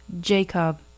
Jacob